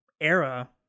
era